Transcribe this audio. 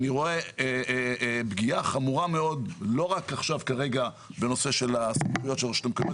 אני רואה פגיעה חמורה מאוד לא רק בנושא של הסמכויות של הרשות המקומית,